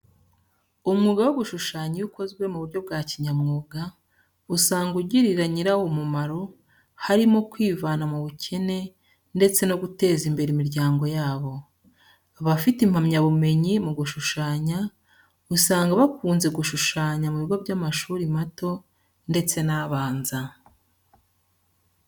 Umwuga wo gushushanya iyo ukozwe mu buryo bya kinyamwuga usanga ugirira ba nyirawo umumaro, harimo kwivana mu bukene ndetse no guteza imbere imiryango yabo. Abafite impamyabumenyi mu gushushanya, usanga bakunze gushushanya mu bigo by'amashuri mato ndetse n'abanza.